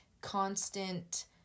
constant